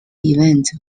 event